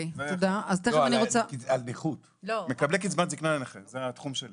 על כמה אנשים אנחנו מדברים?